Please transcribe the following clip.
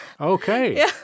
okay